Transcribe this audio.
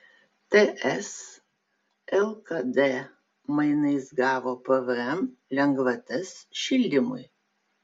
ts lkd mainais gavo pvm lengvatas šildymui